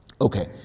okay